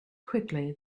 quickly